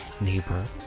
neighbor